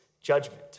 judgment